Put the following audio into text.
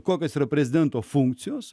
kokios yra prezidento funkcijos